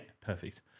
Perfect